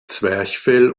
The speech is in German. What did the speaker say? zwerchfell